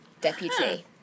deputy